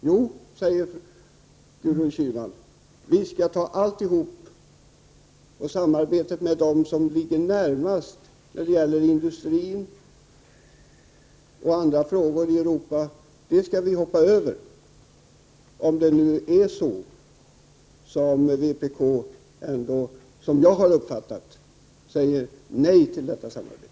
Jo, säger Gudrun Schyman, vi skall ta emot allt, men samarbetet i fråga om industri och liknande med den som ligger närmast i Europa frågor skall vi hoppa över. Om jag har uppfattat det rätt, säger vpk nej till detta samarbete.